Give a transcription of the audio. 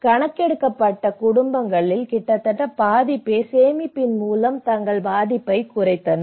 கணக்கெடுக்கப்பட்ட குடும்பங்களில் கிட்டத்தட்ட பாதி பேர் சேமிப்பின் மூலம் தங்கள் பாதிப்பைக் குறைத்தனர்